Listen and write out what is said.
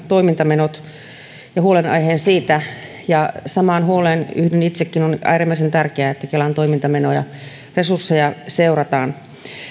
toimintamenot ja huolenaiheen niistä ja samaan huoleen yhdyn itsekin on äärimmäisen tärkeää että kelan toimintamenoja resursseja seurataan